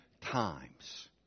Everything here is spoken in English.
times